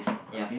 ya